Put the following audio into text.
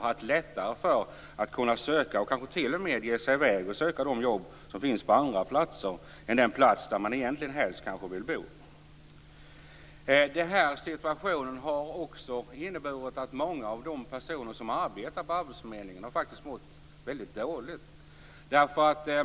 De har fått lättare att söka arbete och kanske t.o.m. gett sig i väg för att söka jobb som finns på andra platser än den plats där de helst vill bo. Den här situationen har också inneburit att många av de personer som arbetar på arbetsförmedlingarna faktiskt har mått väldigt dåligt.